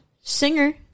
Singer